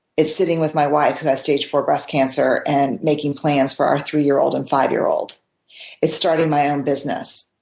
it's sitting with my wife who has stage four breast cancer and making plans for our three-year-old and five-year-old. it's starting my own business.